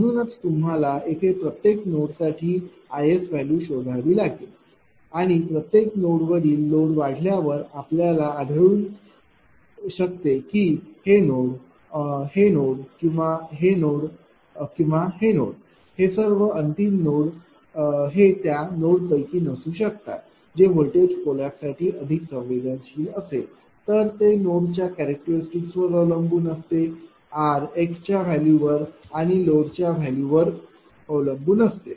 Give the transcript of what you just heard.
म्हणूनच तुम्हाला येथे प्रत्येक नोड साठी IS व्हॅल्यू शोधावी लागेल आणि प्रत्येक नोड वरील लोड वाढवल्या वर आपल्याला आढळू शकते की हे नोड हे नोड किंवा हे नोड किंवा हे नोड हे सर्व अंतिम नोड हे त्या नोड पैकी नसू शकतात जे व्होल्टेज कोलैप्स साठी अधिक संवेदनशील असेल तर ते लोडच्या कैरिक्टरिस्टिक वर अवलंबून असते r x च्या व्हॅल्यू वर आणि लोडच्या व्हॅल्यू वर अवलंबून असते